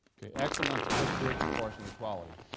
okay? excellence with group proportional equality,